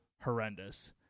horrendous